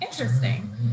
interesting